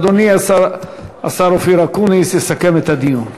אדוני השר אופיר אקוניס יסכם את הדיון.